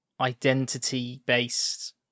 identity-based